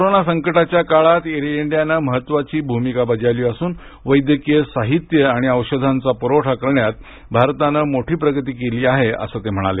corona संकटाच्या काळात air इंडियानं महत्त्वपूर्ण भूमिका बजावली असून वैद्यकीय साहित्य आणि औषधांचा पुरवठा करण्यात भारतानं मोठी प्रगती केली आहे असं ते म्हणाले